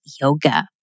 Yoga